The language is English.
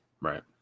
Right